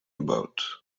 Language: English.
about